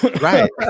Right